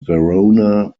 verona